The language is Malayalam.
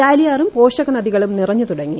ചാലിയാറും പോഷകനദികളും നിറഞ്ഞുതുടങ്ങി